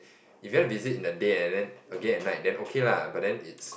if you want to visit in a day and then again at night then okay lah but then is